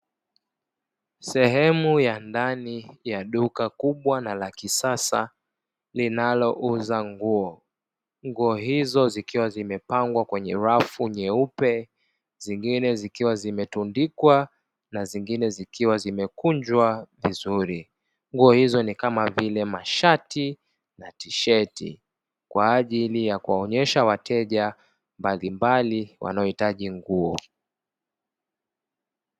Sehemu ya ndani ya duka kubwa na la kisasa linalouza nguo, nguo hizo zikiwa zimepangwa kwenye rafu nyeupe nyingine zikiwa zimetundikwa na nyingine zikiwa zimekunjwa vizuri. Nguo hizo ni kamavile mashati na tisheti kwajili ya kuwaonesha wateja wanao hitaji nguo.